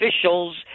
officials